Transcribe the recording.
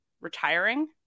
retiring